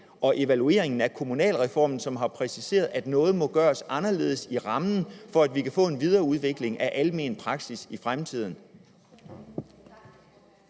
og evalueringen af kommunalreformen, som har præciseret, at noget må gøres anderledes i rammen, for at vi kan få en videreudvikling af almen praksis i fremtiden.